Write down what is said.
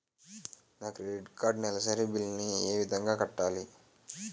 నా credit card నెలసరి bill ని ఏ విధంగా కట్టాలి?